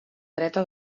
dreta